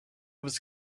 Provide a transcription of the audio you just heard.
was